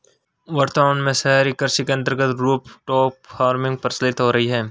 वर्तमान में शहरी कृषि के अंतर्गत रूफटॉप फार्मिंग प्रचलित हो रही है